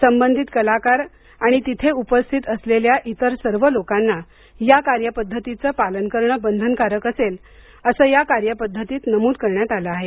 संबंधित कलाकार आणि तिथे उपस्थित असलेल्या इतर सर्व लोकांना या कार्यपद्धतीचं पालन करणं बंधनकारक असेल असं या कार्यपद्धतीत नमूद करण्यात आलं आहे